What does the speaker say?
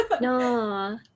no